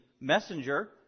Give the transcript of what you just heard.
messenger